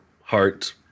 heart